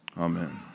Amen